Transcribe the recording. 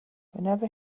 whenever